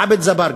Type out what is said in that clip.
עבד אזברגה.